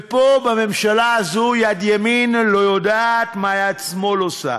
ופה בממשלה הזו יד ימין לא יודעת מה יד שמאל עושה,